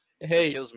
Hey